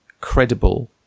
credible